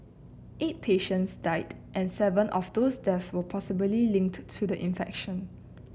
eight patients died and seven of those death were possibly linked to the infection